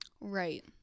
right